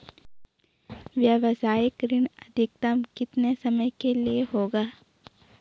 व्यावसायिक ऋण अधिकतम कितने समय के लिए होगा?